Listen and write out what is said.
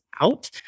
out